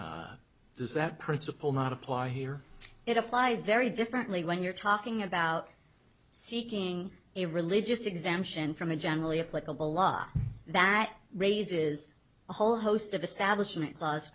that principle not apply here it applies very differently when you're talking about seeking a religious exemption from a generally applicable law that raises a whole host of establishment cla